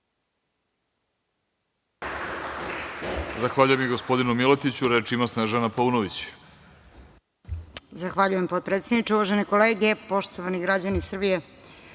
Zahvaljujem i gospodinu Miletiću. Reč ima Snežana Paunović.